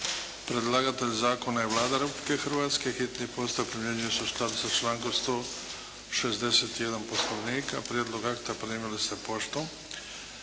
Predlagatelj zakona je Vlada Republike Hrvatske. Hitni postupak primjenjuje se u skladu sa člankom 161. Poslovnika. Prijedlog akta primili ste poštom.